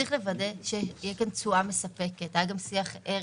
צריך לוודא שתהיה כאן תשואה מספקת - היה גם שיח ער